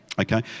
Okay